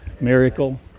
miracle